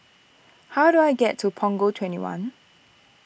how do I get to Punggol twenty one